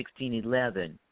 1611